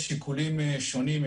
יש שיקולים שונים,